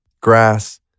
Grass